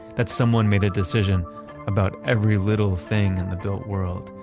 that someone made a decision about every little thing in the built world.